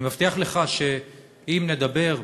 אני מבטיח לך שאם נדבר,